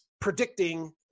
predicting